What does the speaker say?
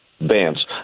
Bands